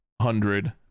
hundred